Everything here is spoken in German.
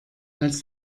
als